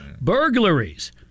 Burglaries